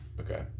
Okay